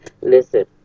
Listen